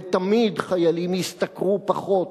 ותמיד חיילים ישתכרו פחות